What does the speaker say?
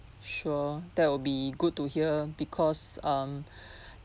sure that will be good to hear because um